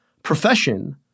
Profession